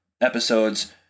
episodes